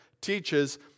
teaches